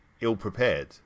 ill-prepared